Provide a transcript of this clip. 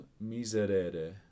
miserere